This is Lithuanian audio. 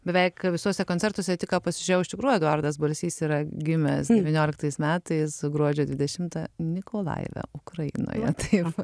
beveik visuose koncertuose tik ką pasižiūrėjau iš tikrų eduardas balsys yra gimęs devynioliktais metais gruodžio dvidešimtą nikolajeve ukrainoje tai va